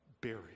buried